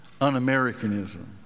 un-Americanism